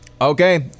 Okay